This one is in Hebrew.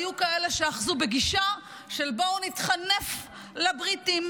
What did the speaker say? היו כאלה שאחזו בגישה של בואו נתחנף לבריטים